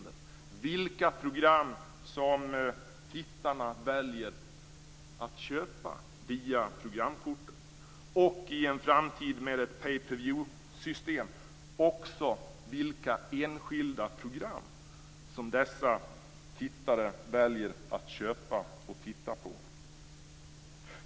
Det handlar om vilka program som tittarna väljer att köpa via programkortet och i en framtid, med ett pay per viewsystem, också om vilka enskilda program som dessa tittare väljer att köpa och titta på.